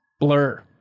Blur